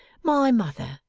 my mother.